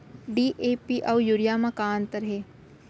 DAP अऊ urea म का अंतर हे?